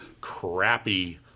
crappy